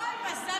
בבקשה.